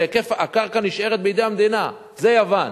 מכיוון שהקרקע נשארת בידי המדינה, זה יוון.